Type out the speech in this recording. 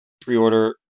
pre-order